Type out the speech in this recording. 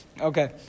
Okay